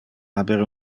haber